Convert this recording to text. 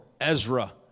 ezra